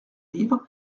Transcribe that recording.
livre